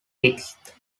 sixth